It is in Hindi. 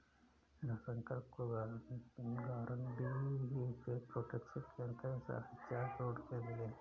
रविशंकर को गारंटीड एसेट प्रोटेक्शन के अंतर्गत साढ़े चार करोड़ रुपये मिले